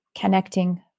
connecting